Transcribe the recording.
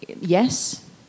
yes